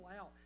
out